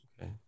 okay